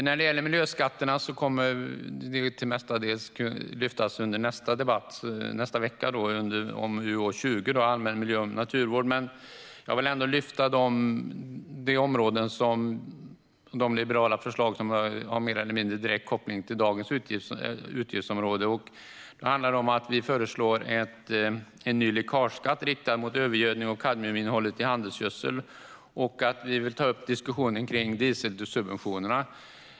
När det gäller miljöskatterna kommer de mestadels att lyftas fram under debatten om utgiftsområde 20, Allmän miljö och naturvård, i nästa vecka, men jag vill ändå lyfta fram de liberala förslag som har mer eller mindre direkt koppling till dagens utgiftsområde. Det handlar om att vi föreslår en ny läckageskatt riktad mot övergödning och kadmiuminnehållet i handelsgödsel och att vi vill ta upp diskussionen kring dieselsubventionerna.